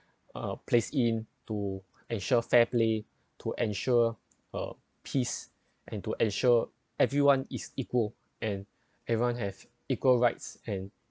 uh place in to ensure fair play to ensure uh peace and to ensure everyone is equal and everyone have equal rights and